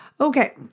Okay